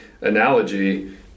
analogy